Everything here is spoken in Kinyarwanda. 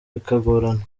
bikagorana